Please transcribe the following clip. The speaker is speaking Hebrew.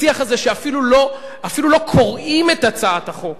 בשיח הזה, שאפילו לא קוראים את הצעת החוק,